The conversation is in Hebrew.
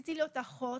רציתי להיות אחות,